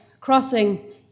crossing